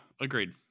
Agreed